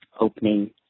opening